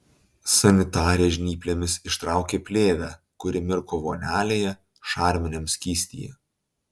sanitarė žnyplėmis ištraukė plėvę kuri mirko vonelėje šarminiam skystyje